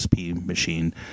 machine